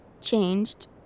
changed